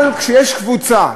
אבל כשיש קבוצה,